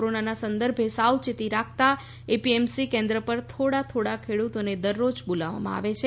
corona સંદર્ભે સાવયેતી રાખતા એપીએમસી કેન્દ્ર પર થોડા થોડા ખેડૂતોને દરરોજ બોલાવવામાં આવે છે